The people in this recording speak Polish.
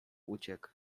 uciekł